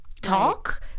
Talk